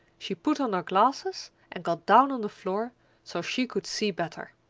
she put on her glasses and got down on the floor so she could see better.